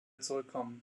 zurückkommen